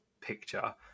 picture